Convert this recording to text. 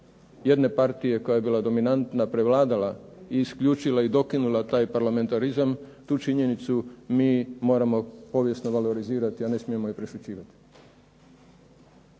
jedne partije koja je bila dominantna prevladala i isključila i dokinula taj parlamentarizam, tu činjenicu mi moramo povijesno valorizirati, a ne smijemo je prešućivati.